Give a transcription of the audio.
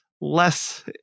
less